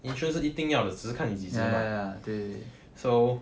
interest 是一定要的只是看你几时还而已 so